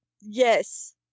yes